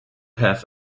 have